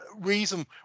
reason